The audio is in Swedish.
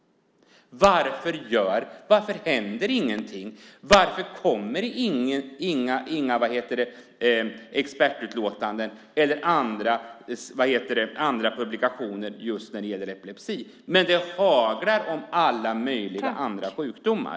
Varför händer det inte någonting? Varför kommer det inga expertutlåtanden eller andra publikationer om epilepsi när det haglar om sådant när det gäller alla möjliga andra sjukdomar?